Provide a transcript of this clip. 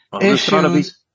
issues